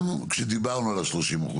גם כשדיברנו על ה-30%,